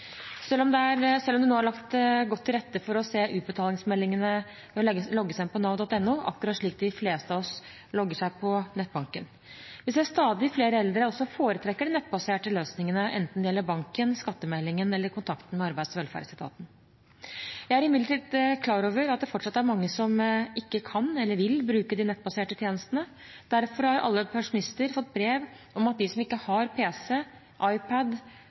rette for å se utbetalingsmeldingen ved å logge seg på nav.no, akkurat slik de fleste av oss logger seg på nettbanken. Vi ser at stadig flere eldre også foretrekker de nettbaserte løsningene, enten det gjelder banken, skattemeldingen eller kontakten med Arbeids- og velferdsetaten. Jeg er imidlertid klar over at det fortsatt er mange som ikke kan eller vil bruke de nettbaserte tjenestene. Derfor har alle pensjonister fått brev om at de som ikke har PC, iPad,